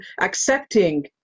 accepting